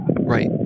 Right